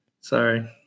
sorry